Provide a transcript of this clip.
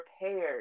prepared